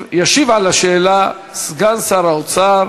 ישיב על ההצעה סגן שר האוצר